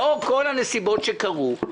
לאור כל הנסיבות שקרו,